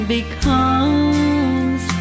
Becomes